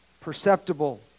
perceptible